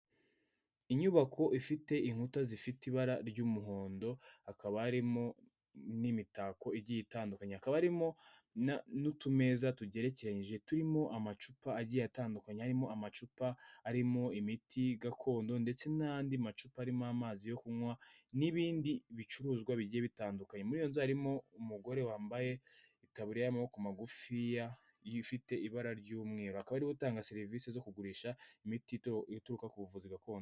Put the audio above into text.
Inyubako ifite inkuta zifite ibara ry'umuhondo, hakaba harimo n'imitako igiye itandukanye, hakaba harimo n'utumeza tugerekeranyije, turimo amacupa agiye atandukanye, arimo amacupa arimo imiti gakondo ndetse n'andi macupa arimo amazi yo kunywa, n'ibindi bicuruzwa bigiye bitandukanye. Muri iyo nzu harimo umugore wambaye itaburiya y'amaboko magufiya ifite ibara ry'umweru, akaba ari we utanga serivisi zo kugurisha imiti ituruka ku buvuzi gakondo.